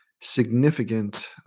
significant